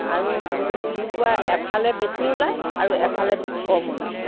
আৰু জুইকুৰা এফালে বেছি ওলাই আৰু এফালে বে কম ওলায়